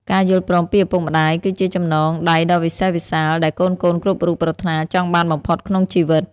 ការយល់ព្រមពីឪពុកម្ដាយគឺជាចំណងដៃដ៏វិសេសវិសាល ដែលកូនៗគ្រប់រូបប្រាថ្នាចង់បានបំផុតក្នុងជីវិត។